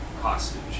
hostage